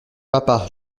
papa